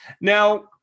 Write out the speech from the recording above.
now